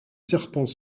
serpents